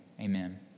amen